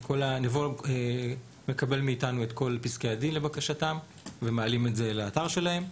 נבו מקבל מאיתנו את כל פסקי הדין לבקשתם ומעלים את זה לאתר שלהם.